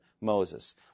Moses